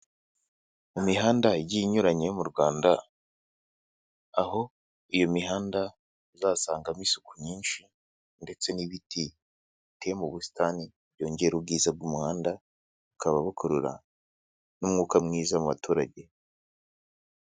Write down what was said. Mu mihanda igi inyuranye yo mu Rwanda aho iyo mihanda uzasangamo isuku nyinshi, ndetse n'ibiti biteye mu busitani yongera ubwiza bw'umuhanda bukaba bukurura n'umwuka mwiza mu baturage.